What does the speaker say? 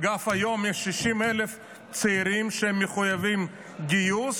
אגב, היום יש 60,000 צעירים שהם מחויבים בגיוס